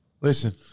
Listen